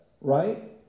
Right